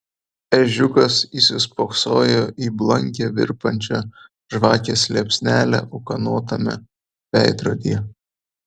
ežiukas įsispoksojo į blankią virpančią žvakės liepsnelę ūkanotame veidrodyje